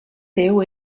déu